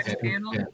panel